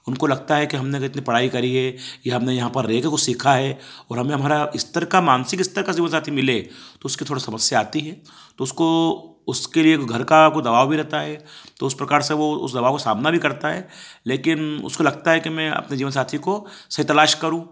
उनको लगता है कि हमने कितनी पढाई करी है कि हमने यहाँ पर रह के कुछ सीखा है और हमें हमारा स्तर का मानसिक स्तर का जीवनसाथी मिले तो उसकी थोड़ी समस्या आती है तो उसको उसके लिए कोई घर का कुछ दबाव भी रहता है तो उस प्रकार से वो उस दबाव को सामना भी करता है लेकिन उसको लगता है कि मैं अपने जीवनसाथी को से तलाश करूँ